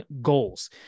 goals